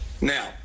Now